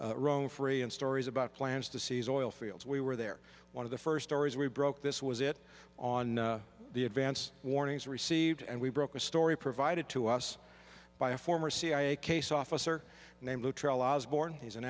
roam free and stories about plans to seize oil fields we were there one of the first or as we broke this was it on the advance warnings received and we broke a story provided to us by a former cia case officer named born he's an